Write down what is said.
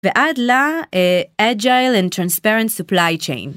ועד לה אג'ייל וטרנספרנט סופליי צ'יין